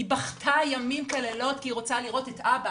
היא בכתה ימים כלילות כי היא רוצה לראות את אבא.